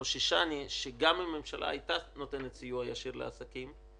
חוששני שגם אם הממשלה הייתה נותנת סיוע ישיר לעסקים,